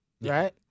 right